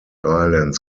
islands